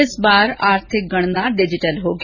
इस बार आर्थिक गणना डिजीटल होगी